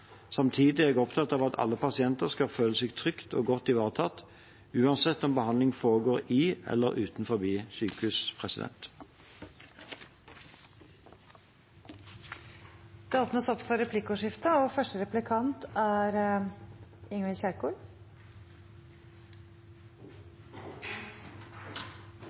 Samtidig er jeg opptatt av at alle pasienter skal føle seg trygt og godt ivaretatt, uansett om behandling foregår i eller utenfor sykehus.